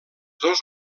dos